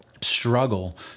struggle